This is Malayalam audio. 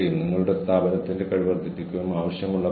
ആരെങ്കിലും അവ അപ്ലോഡ് ചെയ്യണം